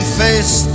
face